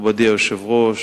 מכובדי היושב-ראש